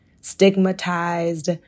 stigmatized